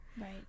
Right